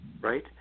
right